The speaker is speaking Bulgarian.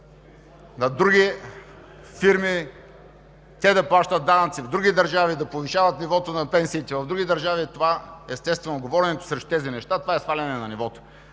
на други фирми, те да плащат данъци в други държави, да повишават нивото на пенсиите в други държави, естествено, говоренето срещу тези неща е сваляне на нивото.